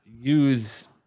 use